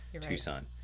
Tucson